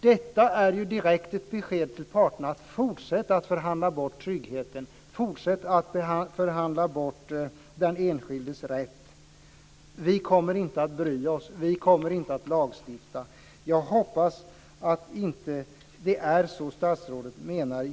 Detta är ju ett direkt besked till parterna att de ska fortsätta att förhandla bort tryggheten och den enskildes rätt, för vi kommer inte att bry oss. Vi kommer inte att lagstifta. Jag hoppas att det inte är så statsrådet menar.